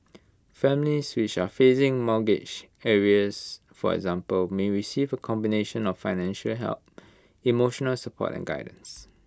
families which are facing mortgage arrears for example may receive A combination of financial help emotional support and guidance